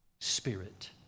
spirit